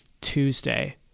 Tuesday